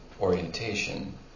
orientation